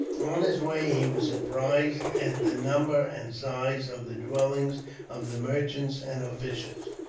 on his way, he was surprised at the number and size of the dwellings of the merchants and officials,